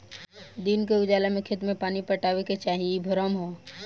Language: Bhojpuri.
दिन के उजाला में खेत में पानी पटावे के चाही इ भ्रम ह